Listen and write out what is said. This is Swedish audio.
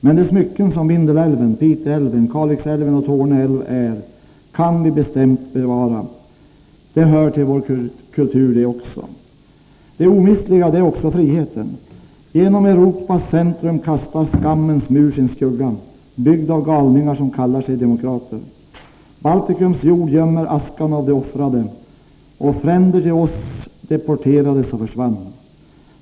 Men de smycken som Vindelälven, Piteälven, Kalixälven och Torne älv är kan vi bestämt bevara. De hör också till vår kultur. Det omistliga — det är också friheten. Genom Europas centrum kastar skammens mur sin skugga, byggd av galningar som kallar sig demokrater. Balticums jord gömmer askan av de offrade, och fränder till oss deporterades och försvann.